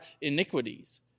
iniquities